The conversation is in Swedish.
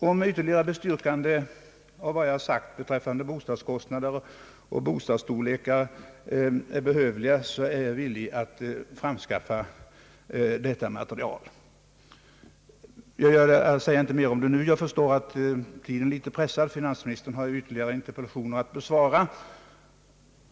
Om ytterligare bestyrkande av vad jag sagt beträffande bostadskostnader och bostadsstorlekar behövs, är jag villig att skaffa fram detta material. Jag säger inte mer om det nu, eftersom jag förstår att tiden är knapp. Finansministern har ju ytterligare interpellationer att besvara.